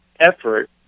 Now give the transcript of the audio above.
effort